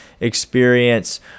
experience